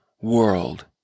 world